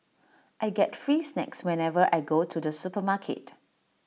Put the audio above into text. I get free snacks whenever I go to the supermarket